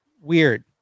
weird